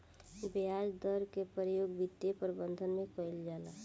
ब्याज दर के प्रयोग वित्तीय प्रबंधन में कईल जाला